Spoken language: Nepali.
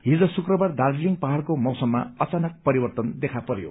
हिज शुक्रबार दार्जीलिङ पहाड़को मौसममा अचानक परिवर्तन देखा परयो